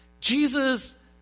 Jesus